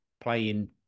playing